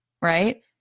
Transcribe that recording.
right